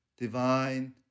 divine